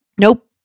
Nope